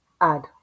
add